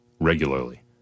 regularly